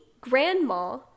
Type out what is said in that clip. grandma